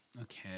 Okay